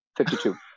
52